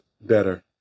better